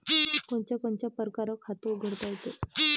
कोनच्या कोनच्या परकारं खात उघडता येते?